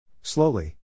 Slowly